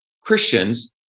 Christians